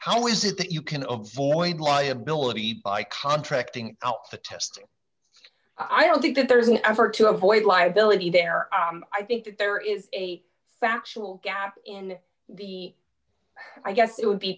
how is it that you can avoid liability by contracting out the test i don't think that there is an effort to avoid liability there i think that there is a factual gap in the i guess it would be